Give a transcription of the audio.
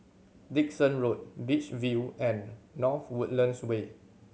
Dickson Road Beach View and North Woodlands Way